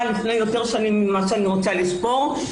לפני יותר שנים ממה שאני רוצה לזכור,